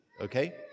okay